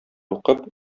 укып